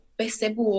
percebo